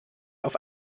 auf